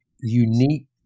unique